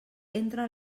entra